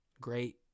great